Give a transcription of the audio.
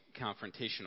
confrontational